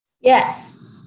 Yes